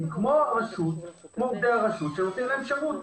כמו עובדי הרשות שנותנים להם שירות.